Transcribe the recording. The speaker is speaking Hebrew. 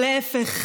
או להפך,